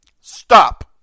Stop